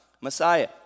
Messiah